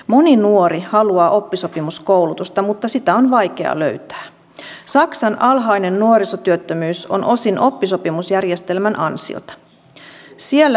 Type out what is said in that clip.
ministeri rehula ettekö te kanna kuntien lailla huolta siitä että korotukset ovat kohtuuttomia aivan liian suuria